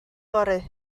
fory